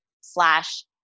slash